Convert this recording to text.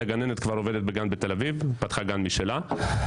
הגננת מאותו, פתחה גן משלה.